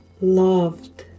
loved